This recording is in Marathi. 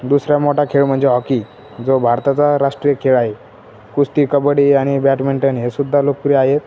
दुसऱ्या मोठा खेळ म्हणजे हॉकी जो भारताचा राष्ट्रीय खेळ आहे कुस्ती कबड्डी आणि बॅडमिंटन हे सुुद्धा लोकप्रिय आहेत